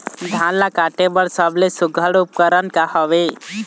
धान ला काटे बर सबले सुघ्घर उपकरण का हवए?